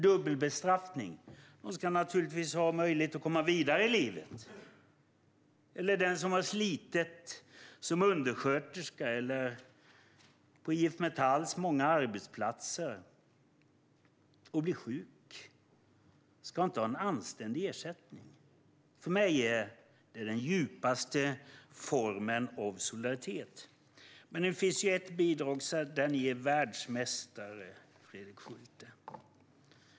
De ska naturligtvis ha möjlighet att komma vidare i livet. Den som har slitit som undersköterska eller på någon av IF Metalls många arbetsplatser och blir sjuk ska ha en anständig ersättning. För mig är detta den djupaste formen av solidaritet. Men jag har sett att det finns ett bidrag där ni är världsmästare, Fredrik Schulte.